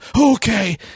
okay